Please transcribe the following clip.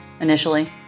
initially